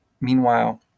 meanwhile